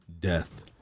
death